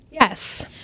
Yes